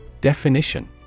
Definition